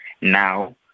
now